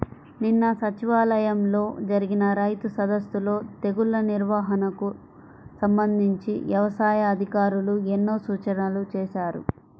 నిన్న సచివాలయంలో జరిగిన రైతు సదస్సులో తెగుల్ల నిర్వహణకు సంబంధించి యవసాయ అధికారులు ఎన్నో సూచనలు చేశారు